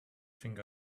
think